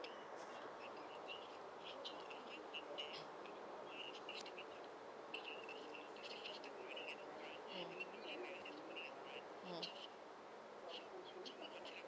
mm